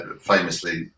Famously